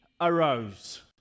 arose